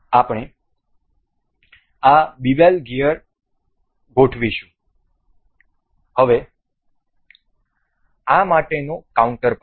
અમે આ bevel gear ગોઠવીશું હવે આ માટેનો કાઉન્ટર પાર્ટ